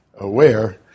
aware